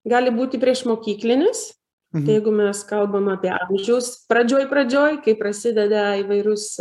gali būti priešmokyklinis jeigu mes kalbame apie amžiaus pradžioj pradžioj kai prasideda įvairūs